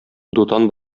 дутан